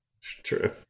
True